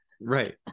right